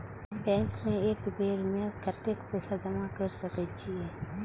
Bank में एक बेर में कतेक पैसा जमा कर सके छीये?